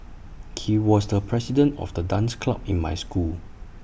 he was the president of the dance club in my school